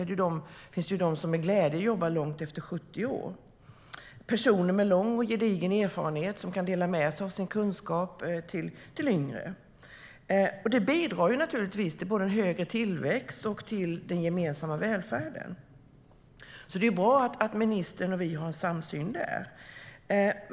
Sedan finns det de som med glädje jobbar långt efter att de blivit 70 år - personer med lång och gedigen erfarenhet som kan dela med sig av sin kunskap till yngre. Det bidrar naturligtvis till både högre tillväxt och den gemensamma välfärden. Det är bra att ministern och vi har en samsyn där.